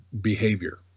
behavior